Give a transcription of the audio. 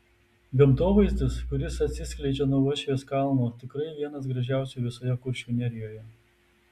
gamtovaizdis kuris atsiskleidžia nuo uošvės kalno tikrai vienas gražiausių visoje kuršių nerijoje